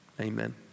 Amen